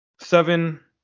seven